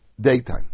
daytime